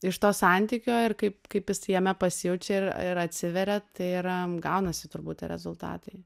iš to santykio ir kaip kaip jisai jame pasijaučia ir atsiveria tai yra gaunasi turbūt rezultatai